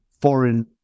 foreign